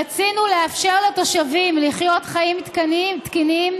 רצינו לאפשר לתושבים לחיות חיים תקינים